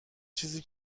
چیزی